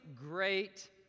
great